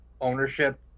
ownership